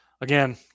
Again